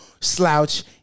slouch